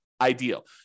ideal